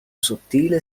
sottile